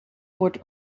wordt